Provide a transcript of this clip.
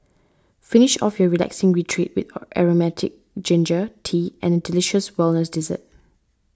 finish off your relaxing retreat with aromatic ginger tea and a delicious wellness dessert